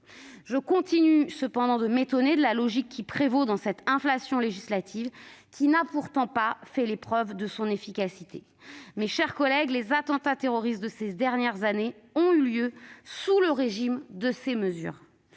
Je continue cependant de m'étonner de la persistance de la logique qui préside à cette inflation législative, celle-ci n'ayant pas fait les preuves de son efficacité. Mes chers collègues, les attentats terroristes de ces dernières années ont eu lieu sous le régime de ces mesures.